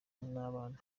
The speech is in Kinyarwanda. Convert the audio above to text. n’abana